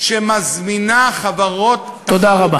שמזמינה חברות, תודה רבה.